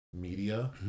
media